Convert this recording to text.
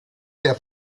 der